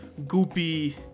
goopy